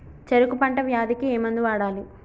చెరుకు పంట వ్యాధి కి ఏ మందు వాడాలి?